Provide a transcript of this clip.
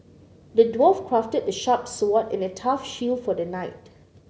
the dwarf crafted a sharp sword and a tough shield for the knight